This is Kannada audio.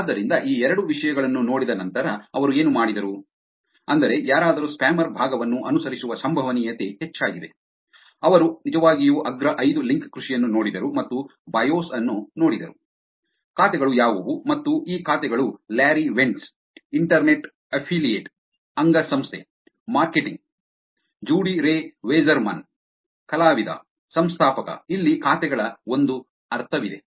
ಆದ್ದರಿಂದ ಈ ಎರಡು ವಿಷಯಗಳನ್ನು ನೋಡಿದ ನಂತರ ಅವರು ಏನು ಮಾಡಿದರು ಅಂದರೆ ಯಾರಾದರೂ ಸ್ಪ್ಯಾಮರ್ ಭಾಗವನ್ನು ಅನುಸರಿಸುವ ಸಂಭವನೀಯತೆ ಹೆಚ್ಚಾಗಿದೆ ಅವರು ನಿಜವಾಗಿಯೂ ಅಗ್ರ ಐದು ಲಿಂಕ್ ಕೃಷಿಯನ್ನು ನೋಡಿದರು ಮತ್ತು ಬಯೋಸ್ ಅನ್ನು ನೋಡಿದರು ಖಾತೆಗಳು ಯಾವುವು ಮತ್ತು ಈ ಖಾತೆಗಳು ಲ್ಯಾರಿ ವೆಂಟ್ಜ್ ಇಂಟರ್ನೆಟ್ ಅಂಗಸಂಸ್ಥೆ ಮಾರ್ಕೆಟಿಂಗ್ ಜೂಡಿ ರೇ ವಾಸ್ಸೆರ್ಮನ್ ಕಲಾವಿದ ಸಂಸ್ಥಾಪಕ ಇಲ್ಲಿ ಖಾತೆಗಳ ಒಂದು ಅರ್ಥವಿದೆ